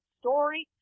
story